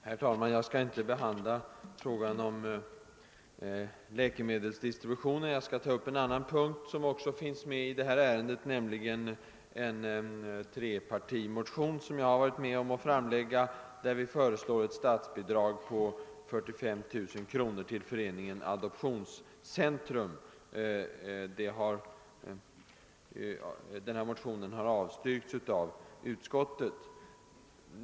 Herr talman! Jag skall inte beröra frågan om läkemedelsdistributionen. Jag skall ta upp en annan punkt som också behandlas i detta ärende. Det gäller en trepartimotion som jag har varit med om att framlägga, där vi föreslår ett statsbidrag på 45 000 kronor till Föreningen Adoptionscentrum. Motionen har avstyrkts av utskottet.